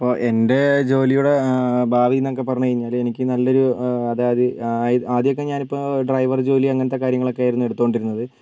ഇപ്പോൾ എൻ്റെ ജോലിയുടെ ഭാവി എന്നൊക്കെ പറഞ്ഞുകഴിഞ്ഞാൽ എനിക്ക് നല്ലൊരു അതായത് ആദ്യമൊക്കെ ഞാനിപ്പോൾ ഡ്രൈവർ ജോലി അങ്ങനത്തെ കാര്യങ്ങളൊക്കെയായിരുന്നു എടുത്തുകൊണ്ടിരുന്നത്